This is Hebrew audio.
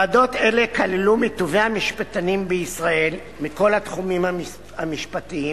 ועדות אלה כללו מטובי המשפטנים בישראל מכל התחומים המשפטיים,